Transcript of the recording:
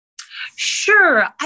Sure